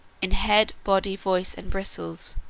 in head, body, voice, and bristles,